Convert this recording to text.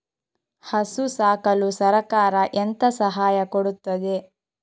ಹಸು ಸಾಕಲು ಸರಕಾರ ಎಂತ ಸಹಾಯ ಕೊಡುತ್ತದೆ?